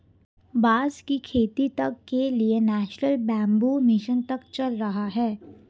बांस की खेती तक के लिए नेशनल बैम्बू मिशन तक चल रहा है